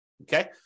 Okay